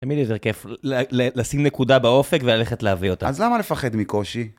תמיד יותר כיף לשים נקודה באופק וללכת להביא אותה. אז למה לפחד מקושי?